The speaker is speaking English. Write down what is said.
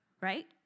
right